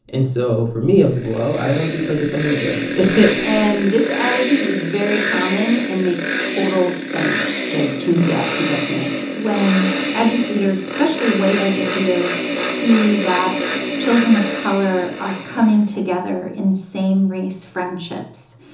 and so for me, i was like, well, i don't want to be friends with them either and this attitude is very common and makes total sense, says cinzia pica-smith when educators, especially white educators, see that children of color are coming together in same-race friendships,